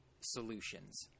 solutions